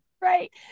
right